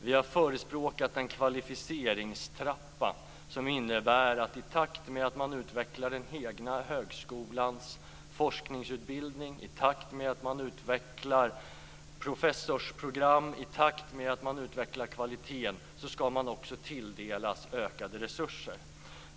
Vi har förespråkat en kvalificeringstrappa som innebär att i takt med att man utvecklar den egna högskolans forskningsutbildning, i takt med att man utvecklar professorsprogram och i takt med att man utvecklar kvaliteten, skall man också tilldelas ökade resurser.